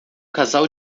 casal